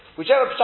Whichever